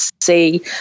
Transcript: see